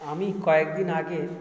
আমি কয়েকদিন আগে